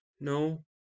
No